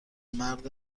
مرد